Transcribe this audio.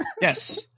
Yes